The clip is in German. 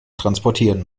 transportieren